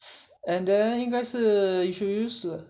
and then 应该是 you should use